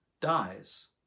dies